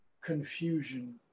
confusion